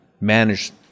manage